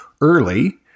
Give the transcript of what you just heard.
early